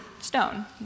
stone